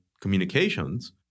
communications